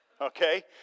okay